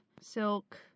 silk